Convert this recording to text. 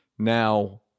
Now